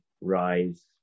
rise